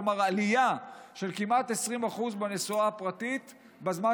כלומר עלייה של כמעט 20% בנסועה הפרטית בזמן